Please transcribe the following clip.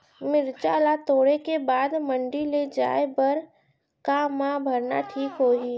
मिरचा ला तोड़े के बाद मंडी ले जाए बर का मा भरना ठीक होही?